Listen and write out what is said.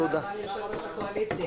אין השינויים אושרו.